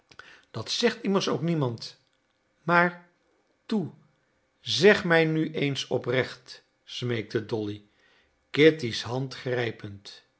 dat zegt immers ook niemand maar toe zeg mij nu eens oprecht smeekte dolly kitty's hand grijpend